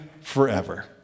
forever